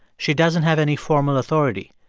she doesn't have any formal authority.